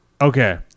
Okay